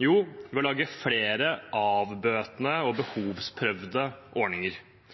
Jo, ved å lage flere avbøtende og behovsprøvde ordninger.